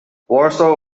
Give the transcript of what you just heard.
warsaw